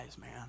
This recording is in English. man